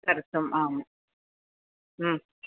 कर्तुम् आम्